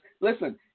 Listen